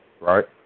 Right